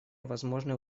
возможны